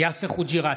יאסר חוג'יראת,